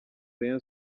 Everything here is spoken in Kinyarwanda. rayon